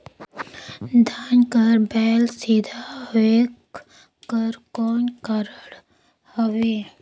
धान कर बायल सीधा होयक कर कौन कारण हवे?